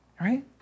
Right